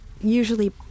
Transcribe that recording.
Usually